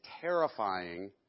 terrifying